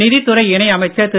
நிதித் துறை இணை அமைச்சர் திரு